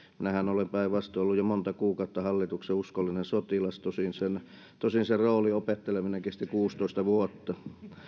minähän olen päinvastoin ollut jo monta kuukautta hallituksen uskollinen sotilas tosin sen tosin sen roolin opetteleminen kesti kuusitoista vuotta